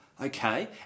okay